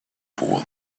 for